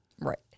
right